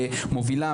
ואני אומר לכם